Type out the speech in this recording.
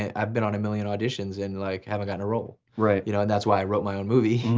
and i've been on a million auditions and like haven't gotten a roll. right. you know and that's why i wrote my own movie.